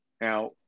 now